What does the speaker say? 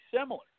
similar